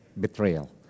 Betrayal